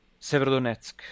Severodonetsk